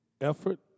effort